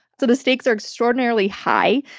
so the stakes are extraordinarily high.